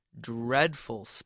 dreadful